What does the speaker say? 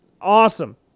Awesome